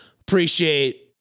appreciate